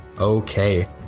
Okay